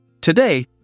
Today